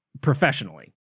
professionally